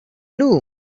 knew